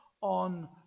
on